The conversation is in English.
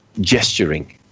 gesturing